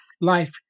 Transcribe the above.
life